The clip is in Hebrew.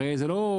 הרי זה לא,